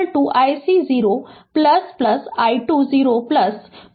तो यहाँ i 1 0 ic 0 i2 0 है